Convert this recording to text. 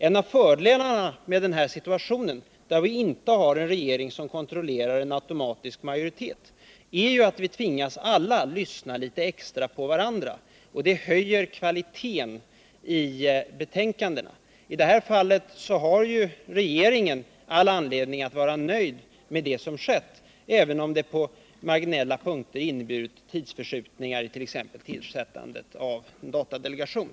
En av fördelarna med den här situationen, där vi inte har en regering som kontrollerar en automatisk majoritet, är att vi alla tvingas lyssna litet extra på varandra. Det höjer kvaliteten i betänkandena. I det här fallet har regeringen all anledning att vara nöjd med det som skett, även om det på marginella punkter inneburit tidsförskjutningar i t.ex. tillsättandet av en datadelegation.